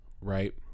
right